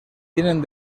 tienen